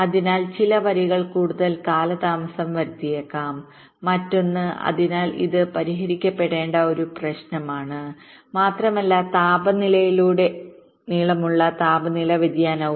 അതിനാൽ ചില വരികൾ കൂടുതൽ കാലതാമസം വരുത്തിയേക്കാം മറ്റൊന്ന് അതിനാൽ ഇത് പരിഹരിക്കപ്പെടേണ്ട ഒരു പ്രശ്നമാണ് മാത്രമല്ല താപനിലയിലുടനീളമുള്ള താപനില വ്യതിയാനവും